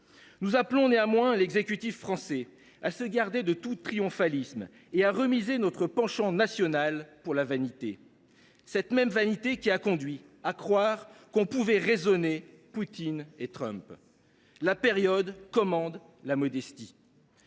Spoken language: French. Nous appelons néanmoins l’exécutif français à se garder de tout triomphalisme et à remiser notre penchant national pour la vanité, cette même vanité qui nous a conduits à croire que nous pourrions raisonner Poutine et Trump. La période commande la modestie.